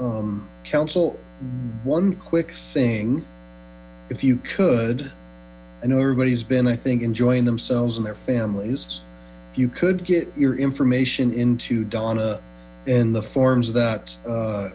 so council one quick thing if you could i know everybody who's been i think enjoying themselves and their families you could get your information into donna in the forms that